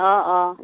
অঁ অঁ